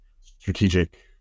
strategic